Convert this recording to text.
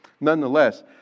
nonetheless